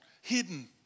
hidden